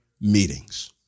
meetings